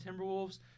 Timberwolves